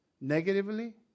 Negatively